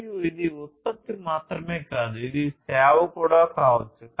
మరియు ఇది ఉత్పత్తి మాత్రమే కాదు ఇది సేవ కూడా కావచ్చు